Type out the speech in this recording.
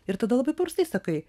ir tada labai paprastai sakai